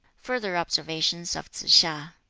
further observations of tsz-hia